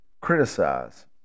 criticize